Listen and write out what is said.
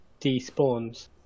despawns